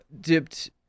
dipped